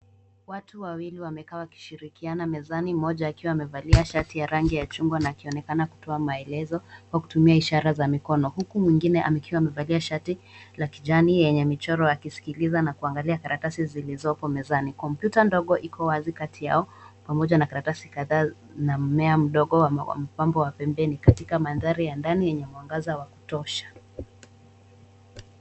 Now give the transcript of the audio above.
Watu wawili wamekaa wakishirikiana mezani moja akiwa amevalia shati ya rangi ya chuma akionekana kutoa maelezo kwa kutumia ishara za mkono huku mwingine akiwa amevalia shati la kijani lenye michoro na kuangli karatasi zilizopo mezani kompyuta ndogo iko wazi Kati yao karatasi kadhaa na mimea ambayo imo pembeni katika mandhari yenye mwangaza wa kutosha .